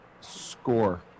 Score